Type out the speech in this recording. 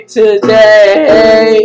today